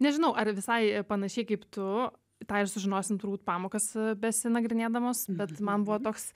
nežinau ar visai panašiai kaip tu tą ir sužinosim turbūt pamokas besinagrinėdamas bet man buvo toks